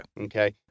Okay